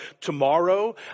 tomorrow